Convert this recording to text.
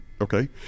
okay